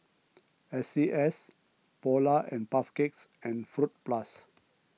S C S Polar and Puff Cakes and Fruit Plus